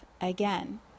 again